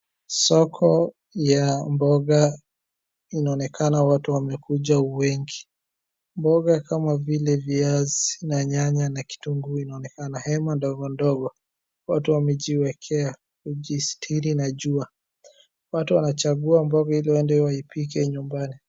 Soko ya mboga inaonekana watu wamekuja wengi. Mboga kama vile viazi na nyanya na kitunguu inaonekana, hema ndogo ndogo watu wamejiwekea kujisitiri na jua. Watu wanachangua mboga ili waende waipike nyumbani.